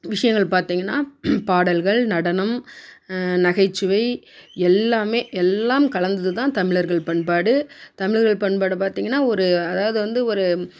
விஷயங்கள் பார்த்திங்கன்னா பாடல்கள் நடனம் நகைச்சுவை எல்லாமே எல்லாம் கலந்தது தான் தமிழர்கள் பண்பாடு தமிழர்கள் பண்பாடு பார்த்திங்கன்னா ஒரு அதாவது வந்து ஒரு